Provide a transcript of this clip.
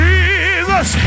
Jesus